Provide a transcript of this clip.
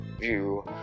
view